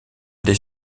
des